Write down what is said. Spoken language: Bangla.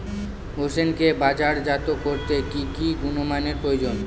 হোসেনকে বাজারজাত করতে কি কি গুণমানের প্রয়োজন?